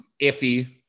iffy